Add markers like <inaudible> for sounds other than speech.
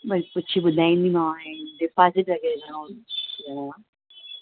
भई पुछी ॿुधाईंदीमांव हाणे डिपोज़िट ऐं उहो <unintelligible>